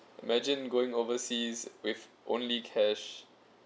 imagine going overseas with only cash